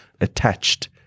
attached